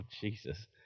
jesus